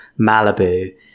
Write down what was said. Malibu